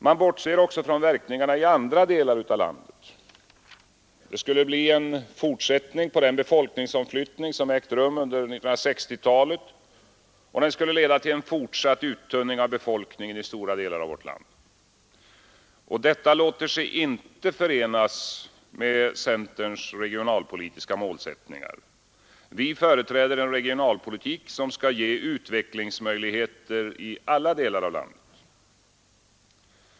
Man bortser också från verkningarna i andra delar av landet. Det skulle bli en fortsättning på den befolkningsomflyttning som ägt rum under 1960-talet och skulle leda till en fortsatt uttunning av befolkningen i stora delar av vårt land. Detta låter sig inte förenas med centerns regionalpolitiska målsättningar. Vi företräder en regionalpolitik som skall ge utvecklingsmöjligheter i alla delar av landet.